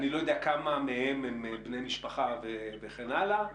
אני לא יודע כמה מהם הם בני משפחה וכן הלאה.